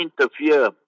interfere